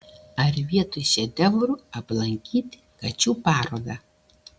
ar vietoj šedevrų aplankyti kačių parodą